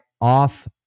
off